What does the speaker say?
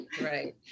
right